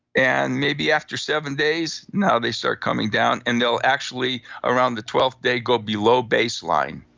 and maybe after seven days, now they start coming down, and they'll actually around the twelfth day go below baseline.